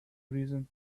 reason